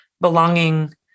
belonging